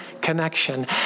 connection